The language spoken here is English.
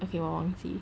okay 我忘记